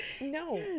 no